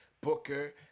Booker